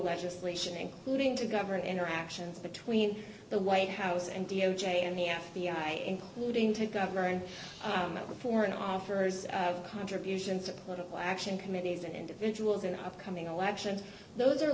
legislation including to govern interactions between the white house and d o j and the f b i including to governor and foreign offers of contributions to political action committees and individuals in upcoming elections those are